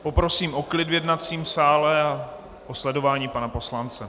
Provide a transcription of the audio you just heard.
Poprosím o klid v jednacím sále a o sledování pana poslance.